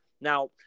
Now